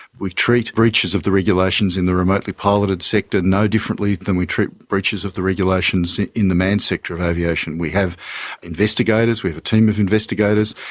we treat breaches of the regulations in the remotely piloted sector no differently than we treat breaches of the regulations in the manned sector of aviation. we have investigators we have a team of investigators.